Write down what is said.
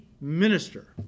minister